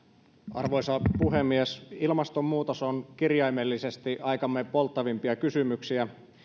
arvoisa puhemies ilmastonmuutos on kirjaimellisesti aikamme polttavimpia kysymyksiä